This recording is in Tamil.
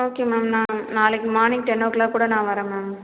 ஓகே மேம் நான் நாளைக்கு மார்னிங் டென் ஓ கிளாக் கூட நான் வர்றேன் மேம்